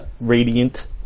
radiant